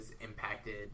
impacted